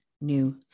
new